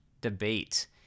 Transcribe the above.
debate